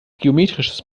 geometrisches